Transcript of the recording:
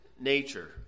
nature